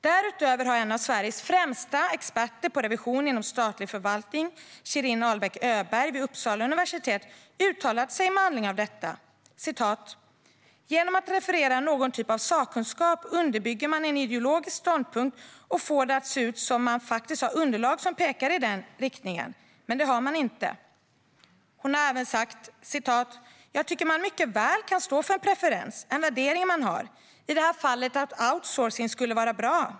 Därutöver har en av Sveriges främsta experter på revision inom statlig förvaltning, Shirin Ahlbäck Öberg, vid Uppsala universitet, uttalat sig med anledning av detta: "Genom att referera någon typ av sakkunskap underbygger man en ideologisk ståndpunkt och får det att se ut som man faktiskt har underlag som pekar i den riktningen, men det har man inte." Hon har även sagt: "Jag tycker man mycket väl kan stå för en preferens, en värdering man har: i det här fallet att outsourcing skulle vara bra.